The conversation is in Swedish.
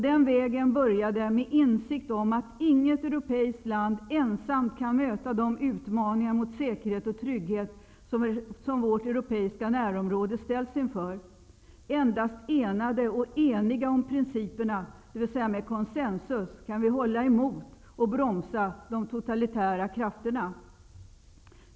Den vägen började med insikten om att inget europeiskt land ensamt kan möta de utmaningar mot säkerhet och trygghet som vårt europeiska närområde ställs inför. Endast enade och eniga om principerna, dvs. med konsensus, kan vi hålla emot och bromsa de totalitära krafterna.